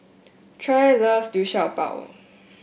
Trae loves Liu Sha Bao